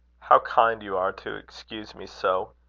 how kind you are to excuse me so!